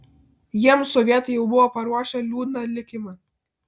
jiems sovietai jau buvo paruošę liūdną likimą